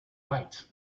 byte